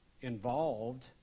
involved